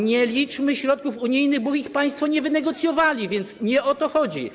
Nie liczmy środków unijnych, bo ich państwo nie wynegocjowali, więc nie o to chodzi.